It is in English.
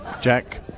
Jack